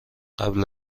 قبل